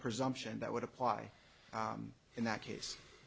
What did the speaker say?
presumption that would apply in that case